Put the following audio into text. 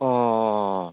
অঁ অঁ